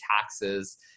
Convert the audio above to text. taxes